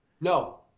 No